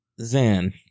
Zan